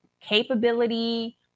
capability